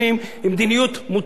היא מדיניות מוטעית.